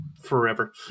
forever